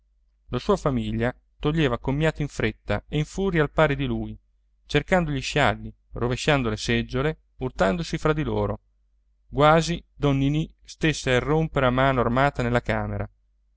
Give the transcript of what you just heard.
la sua famiglia toglieva commiato in fretta e in furia al pari di lui cercando gli scialli rovesciando le seggiole urtandosi fra di loro quasi don ninì stesse per irrompere a mano armata nella camera